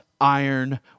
iron